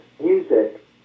music